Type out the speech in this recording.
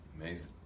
Amazing